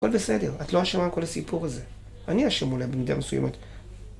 כל בסדר, את לא אשמה כל הסיפור הזה. אני אשם אולי במידה מסוימת.